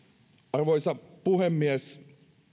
arvoisa puhemies